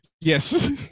Yes